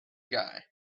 guy